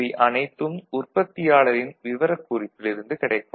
இவை அனைத்தும் உற்பத்தியாளரின் விவரக்குறிப்பில் இருந்து கிடைக்கும்